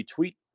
retweet